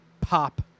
Pop